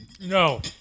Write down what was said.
No